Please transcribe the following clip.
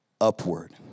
upward